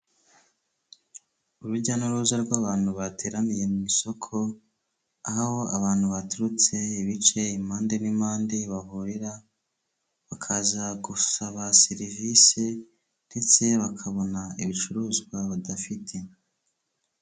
Urujya n'uruza rw'abantu bateraniye mu isoko, aho abantu baturutse ibice, impande n'impande bahurira, bakaza gusaba serivisi ndetse bakabona ibicuruzwa badafite.